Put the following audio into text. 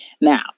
now